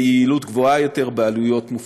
ביעילות גבוהה יותר ובעלויות מופחתות.